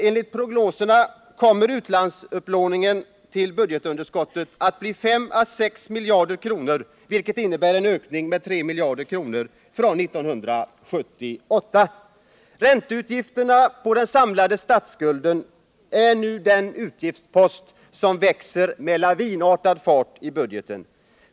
Enligt prognoserna kommer den att bli 5 äå 6 miljarder år 1979, vilket innebär en ökning med 3 miljarder från 1978. Ränteutgifterna på den samlade statsskulden är nu den utgiftspost som växer med lavinartad fart i budgeten.